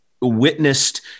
witnessed